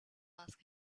ask